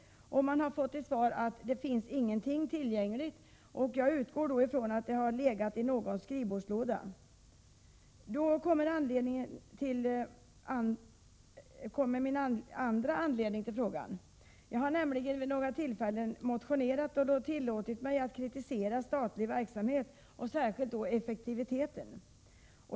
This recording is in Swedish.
Man har fått till svar att det inte finns någonting tillgängligt. Jag utgår då ifrån att det har legat i någons skrivbordslåda. Nu kommer den andra anledningen till min fråga. Jag har nämligen vid några tillfällen motionerat och då tillåtit mig att kritisera statlig verksamhet, och särskilt effektiviteten.